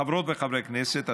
חברות וחברי הכנסת,